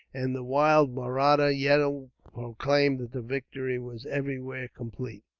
and the wild mahratta yell proclaimed that the victory was everywhere complete.